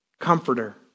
comforter